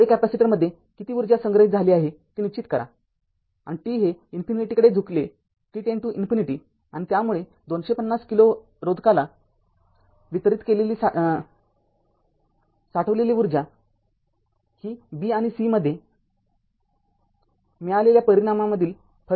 पुढे कॅपेसिटरमध्ये किती ऊर्जा संग्रहित झाली आहे ती निश्चित करा आणि t हे इन्फिनिटी कडे झुकते आणि त्यामुळे २b रोधकाला वितरित केलेली साठवलेली ऊर्जा ही b आणि c मध्ये मध्ये मिळालेल्या परिणामामधील फरक आहे